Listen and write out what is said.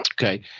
Okay